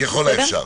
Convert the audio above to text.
ככל האפשר.